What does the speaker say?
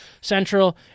Central